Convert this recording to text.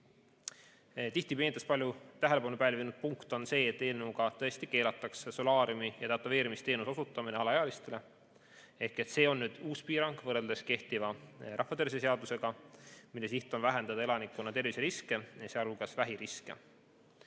levikut. Meedias palju tähelepanu pälvinud punkt on see, et eelnõuga tõesti keelatakse solaariumi‑ ja tätoveerimisteenuse osutamine alaealistele. See on uus piirang võrreldes kehtiva rahvatervise seadusega. Selle siht on vähendada elanikkonna terviseriske, sealhulgas vähiriske.